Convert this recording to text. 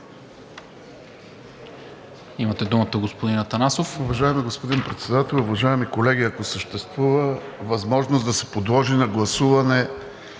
Имате думата, господин Атанасов.